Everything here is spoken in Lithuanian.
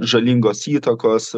žalingos įtakos